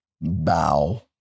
bow